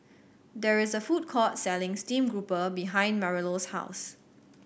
there is a food court selling stream grouper behind Marilou's house